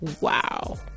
wow